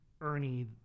Ernie